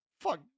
Fuck